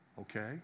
Okay